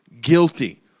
guilty